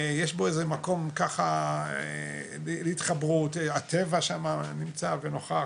יש פה איזה מקום ככה להתחברות, הטבע שם נמצא, נוכח